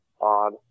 odd